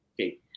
okay